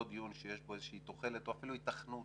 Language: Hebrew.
לא דיון שיש בו איזושהי תוחלת או אפילו היתכנות